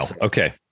Okay